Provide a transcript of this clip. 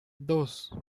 dos